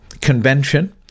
convention